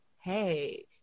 hey